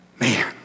man